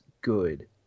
good